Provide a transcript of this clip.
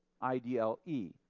I-D-L-E